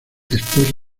esposa